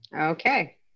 Okay